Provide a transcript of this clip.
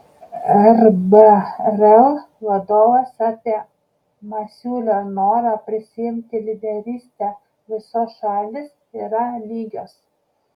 rb rail vadovas apie masiulio norą prisiimti lyderystę visos šalys yra lygios